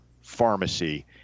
pharmacy